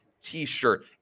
t-shirt